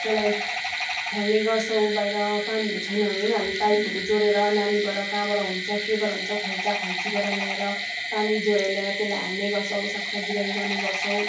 त्यसलाई फ्याल्ने गर्छौँ बाहिर पानीहरू छैन भने हामी पाइपहरू जोडेर नालीबाट कहाँबाट हुन्छ केबाट हुन्छ खोल्चा खाल्चीबाट ल्याएर पानी जोडेर ल्याएर त्यसलाई हाल्ने गर्छौँ सागसब्जीलाई उयो गर्ने गर्छौँ